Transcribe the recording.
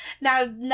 Now